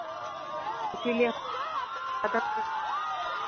इसीलिए